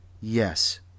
Yes